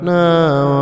now